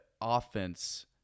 offense